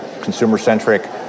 consumer-centric